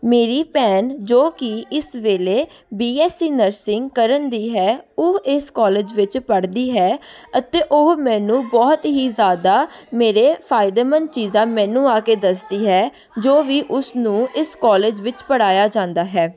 ਮੇਰੀ ਭੈਣ ਜੋ ਕਿ ਇਸ ਵੇਲੇ ਬੀ ਐੱਸ ਸੀ ਨਰਸਿੰਗ ਕਰਨ ਦੀ ਹੈ ਉਹ ਇਸ ਕਾਲਜ ਵਿੱਚ ਪੜ੍ਹਦੀ ਹੈ ਅਤੇ ਉਹ ਮੈਨੂੰ ਬਹੁਤ ਹੀ ਜ਼ਿਆਦਾ ਮੇਰੇ ਫਾਇਦੇਮੰਦ ਚੀਜ਼ਾਂ ਮੈਨੂੰ ਆ ਕੇ ਦੱਸਦੀ ਹੈ ਜੋ ਵੀ ਉਸਨੂੰ ਇਸ ਕਾਲਜ ਵਿੱਚ ਪੜ੍ਹਾਇਆ ਜਾਂਦਾ ਹੈ